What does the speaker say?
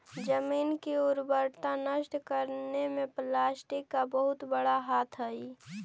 जमीन की उर्वरता नष्ट करने में प्लास्टिक का बहुत बड़ा हाथ हई